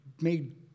made